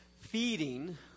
feeding